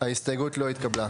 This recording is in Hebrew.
0 ההסתייגות לא התקבלה.